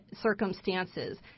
circumstances